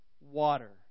water